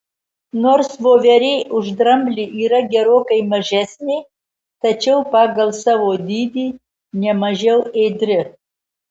nors voverė už dramblį yra gerokai mažesnė tačiau pagal savo dydį ne mažiau ėdri